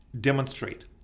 demonstrate